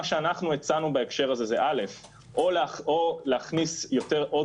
מה שאנחנו הצענו בהקשר הזה זה או להכניס עוד